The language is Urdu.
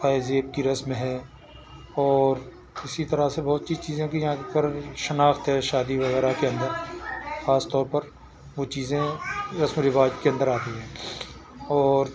پائزیب کی رسم ہے اور اسی طرح سے بہت سی چیزوں کی یہاں پر شناخت ہے شادی وغیرہ کے اندر خاص طور پر وہ چیزیں رسم و رواج کے اندر آتی ہیں اور